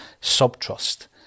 sub-trust